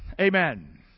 Amen